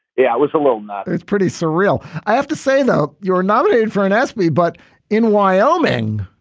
yeah it was a little nutty it's pretty surreal. i have to say, though. you're nominated for an emmy, but in wyoming,